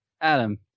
adam